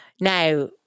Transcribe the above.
Now